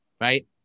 right